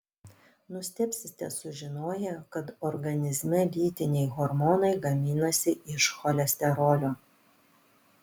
nustebsite sužinoję kad organizme lytiniai hormonai gaminasi iš cholesterolio